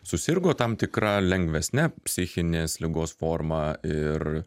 susirgo tam tikra lengvesne psichinės ligos forma ir